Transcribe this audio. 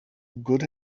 good